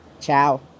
Ciao